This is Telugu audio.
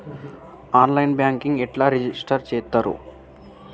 ఆన్ లైన్ బ్యాంకింగ్ ఎట్లా రిజిష్టర్ చేత్తరు?